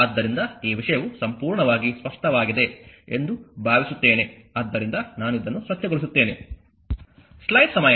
ಆದ್ದರಿಂದ ಈ ವಿಷಯವು ಸಂಪೂರ್ಣವಾಗಿ ಸ್ಪಷ್ಟವಾಗಿದೆ ಎಂದು ಭಾವಿಸುತ್ತೇನೆ ಆದ್ದರಿಂದ ನಾನು ಇದನ್ನು ಸ್ವಚ್ಛಗೊಳಿಸುತ್ತೇನೆ